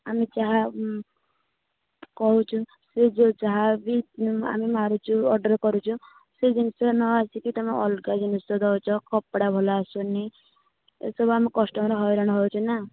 ଆମେ ଯାହା କହୁଛୁ ସେ ଯେଉଁ ଯାହା ବି ମାରୁଛୁ ଅର୍ଡର୍ କରୁଛୁ ସେ ଜିନିଷ ନ ଆସି କି ତମେ ଅଲଗା ଜିନିଷ ଦେଉଛ କପଡ଼ା ଭଲ ଆସୁନି ଏହିଥିରୁ ଆମେ କଷ୍ଟମର ହଇରାଣ ହଉଛୁ ନା